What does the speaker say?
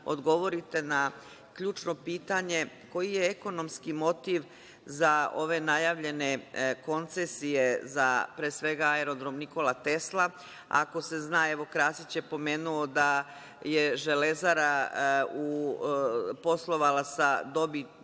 odgovorite na ključno pitanje, koji je ekonomski motiv za ove najavljene koncesije za, pre svega Aerodrom „Nikola Tesla“, ako se zna, evo Krasić je pomenuo da je „Železara“ poslovala sa dobiti,